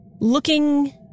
Looking